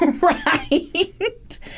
Right